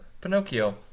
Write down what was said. Pinocchio